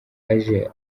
aje